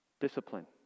Discipline